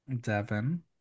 Devin